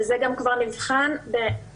וזה גם עמד במבחן המציאות,